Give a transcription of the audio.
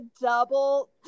double